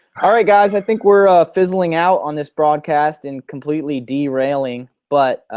alright guys, i think we're fizzling out on this broadcast and completely derailing but